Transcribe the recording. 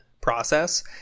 process